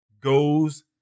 goes